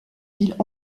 villes